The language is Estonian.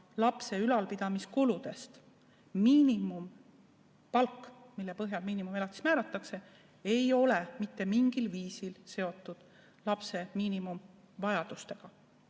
lapse ülalpidamise kuludest. Miinimumpalk, mille põhjal miinimumelatis määratakse, ei ole mitte mingil viisil seotud lapse miinimumvajadustega.